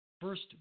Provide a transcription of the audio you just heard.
First